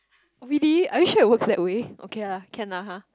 really are you sure it works that way okay ah can lah !huh!